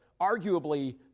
arguably